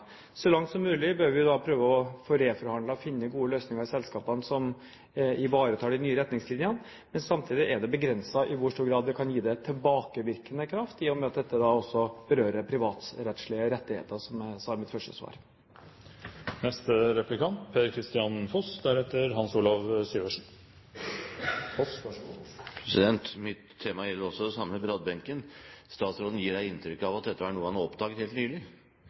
Så langt som mulig bør vi da prøve å få reforhandlet og finne gode løsninger i selskapene, som ivaretar de nye retningslinjene. Men samtidig er det begrenset i hvor stor grad vi kan gi det tilbakevirkende kraft, i og med at dette da også berører privatrettslige rettigheter, som jeg sa i mitt første svar. Mitt tema gjelder også det samme – Bradbenken. Statsråden gir her inntrykk av at dette var noe han oppdaget helt nylig. Men det har han ikke gjort. Han ble kjent med dette i 2009, og mitt spørsmål da er: